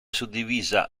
suddivisa